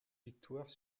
victoires